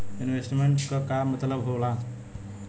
Investment क का मतलब हो ला?